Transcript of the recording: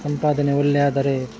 ಸಂಪಾದನೆ ಒಳ್ಳೆ ಆದರೆ